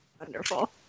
Wonderful